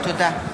תודה.